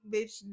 Bitch